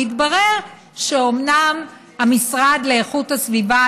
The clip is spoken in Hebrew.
והתברר שאומנם המשרד לאיכות הסביבה,